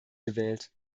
gewählt